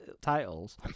titles